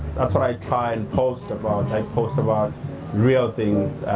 that's what i try and post about. i post about real things.